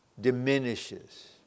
diminishes